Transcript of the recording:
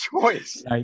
choice